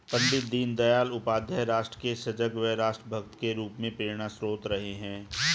पण्डित दीनदयाल उपाध्याय राष्ट्र के सजग व राष्ट्र भक्त के रूप में प्रेरणास्त्रोत रहे हैं